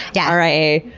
yeah r i a.